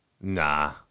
nah